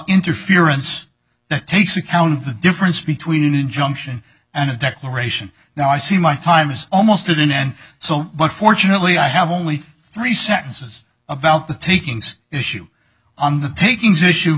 interference that takes account of the difference between an injunction and a declaration now i see my time is almost in and so but fortunately i have only three sentences about the takings issue on the takings issue